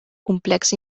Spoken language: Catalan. complex